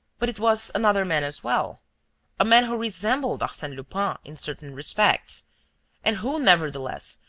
but it was another man as well a man who resembled arsene lupin in certain respects and who, nevertheless,